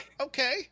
okay